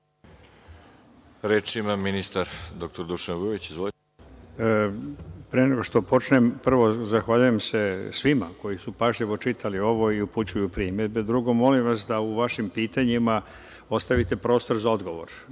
Reč ima ministar dr Dušan Vujović. Izvolite. **Dušan Vujović** Pre nego što počnem, prvo, zahvaljujem se svima koji su pažljivo čitali ovo i upućuju primedbe. Drugo, molim vas da u vašim pitanjima ostavite prostor za odgovor